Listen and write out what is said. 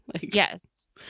yes